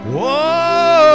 Whoa